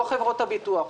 לא חברות הביטוח.